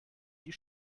die